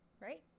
Right